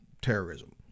terrorism